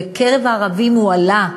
בקרב הערבים הוא עלה,